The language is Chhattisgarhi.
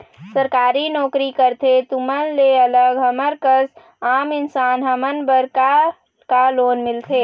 सरकारी नोकरी करथे तुमन ले अलग हमर कस आम इंसान हमन बर का का लोन मिलथे?